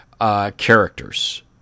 characters